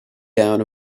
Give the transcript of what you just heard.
gown